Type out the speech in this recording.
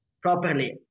properly